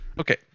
Okay